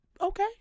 okay